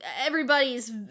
everybody's